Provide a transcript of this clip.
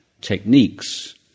techniques